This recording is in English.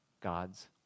God's